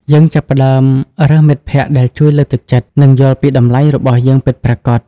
យើងចាប់ផ្តើមរើសមិត្តភក្តិដែលជួយលើកទឹកចិត្ត និងយល់ពីតម្លៃរបស់យើងពិតប្រាកដ។